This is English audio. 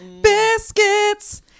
Biscuits